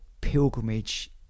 pilgrimage